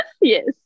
Yes